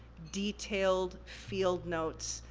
detailed field notes,